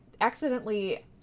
accidentally